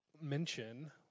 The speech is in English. mention